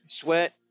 sweat